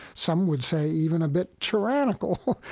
some would say even a bit tyrannical.